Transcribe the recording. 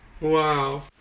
wow